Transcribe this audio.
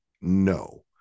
No